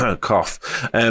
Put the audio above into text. Cough